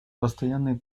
постоянный